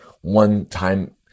one-time